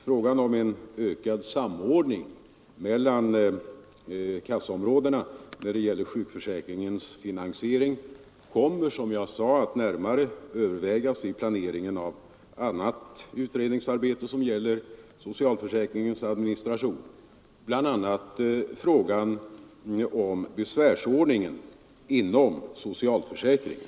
Frågan om en ökad samordning mellan kassaområdena när det gäller sjukförsäkringens finansiering kommer, som jag sade, att närmare övervägas vid planeringen av annat utredningsarbete som gäller socialförsäkringens administration, bl.a. frågan om besvärsordningen inom socialförsäkringen.